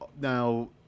now